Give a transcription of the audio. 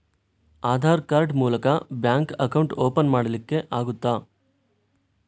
Aadhaar card ಮೂಲಕ bank account open ಮಾಡಲಿಕ್ಕೆ ಆಗುತಾ?